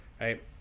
right